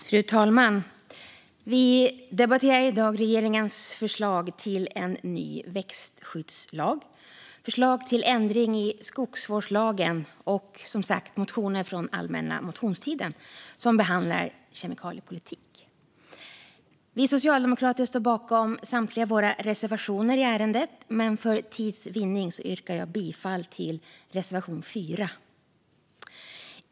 Fru talman! Vi debatterar i dag regeringens förslag till en ny växtskyddslag, förslag till ändring i skogsvårdslagen och motioner från allmänna motionstiden som behandlar kemikaliepolitik. Vi socialdemokrater står bakom samtliga våra reservationer i ärendet, men för tids vinning yrkar jag bifall endast till reservation 4.